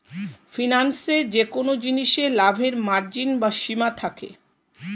ফিন্যান্সে যেকোন জিনিসে লাভের মার্জিন বা সীমা থাকে